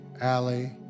Alley